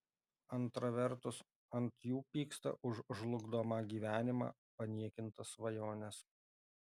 antra vertus ant jų pyksta už žlugdomą gyvenimą paniekintas svajones